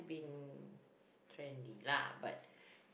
been trendy lah but